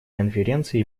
конференции